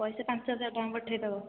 ପଇସା ପାଞ୍ଚ ହଜାର ଟଙ୍କା ପଠାଇଦେବ